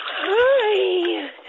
Hi